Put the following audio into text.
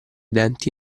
denti